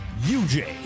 UJ